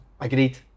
Agreed